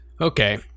Okay